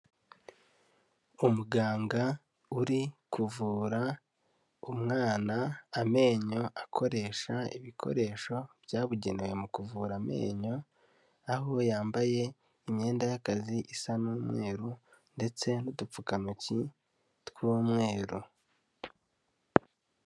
Umuganga uri kuvura umwana amenyo akoresha ibikoresho byabugenewe mu kuvura amenyo, aho yambaye imyenda y'akazi isa n'umweru, ndetse n'udupfukantoki tw'umweru.